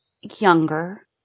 younger